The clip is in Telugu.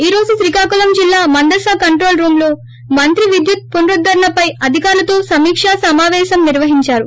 ఈరోజు శ్రీకాకుళం జిల్లా మందస కంట్రోల్ రూంలో మంత్రి విద్యుత్ పునరుద్దరణ పై అధికారులతో సమీకా సమావేశం నిర్వహించారు